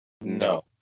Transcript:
No